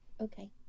Okay